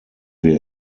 wir